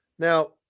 Now